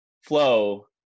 flow